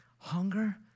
Hunger